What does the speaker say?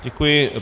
Děkuji.